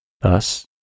Thus